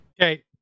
Okay